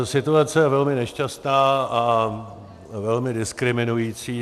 Situace je velmi nešťastná a velmi diskriminující.